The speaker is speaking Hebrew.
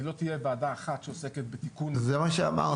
אם לא תהיה ועדה אחת שעוסקת בתיקון --- זה מה שאמרתי.